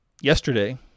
yesterday